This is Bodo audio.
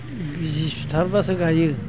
बिजि सुथारब्लासो गायो